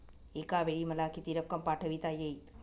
एकावेळी मला किती रक्कम पाठविता येईल?